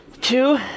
two